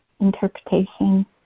interpretation